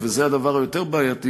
וזה הדבר היותר-בעייתי,